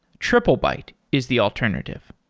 triplebyte is the alternative.